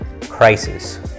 crisis